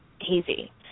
hazy